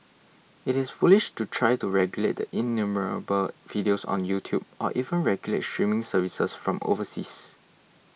it is foolish to try to regulate the innumerable videos on YouTube or even regulate streaming services from overseas